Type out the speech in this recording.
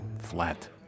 flat